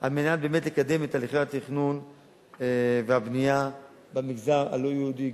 על מנת באמת לקדם את הליכי התכנון והבנייה במגזר הלא-יהודי,